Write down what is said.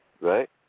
Right